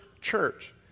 church